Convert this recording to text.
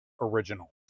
original